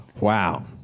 Wow